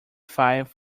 five